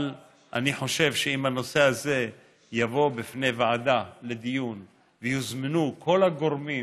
אני חושב שאם הנושא הזה יבוא בפני ועדה לדיון ויוזמנו כל הגורמים